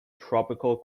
tropical